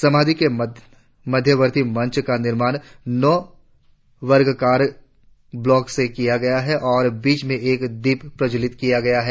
समाधि के मध्यवर्ती मंच का निर्माण नौ वर्गाकार ब्लॉकों से किया गया है और बीच में एक दीप प्रज्ज्वलित किया गया है